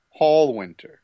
Hallwinter